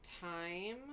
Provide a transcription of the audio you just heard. time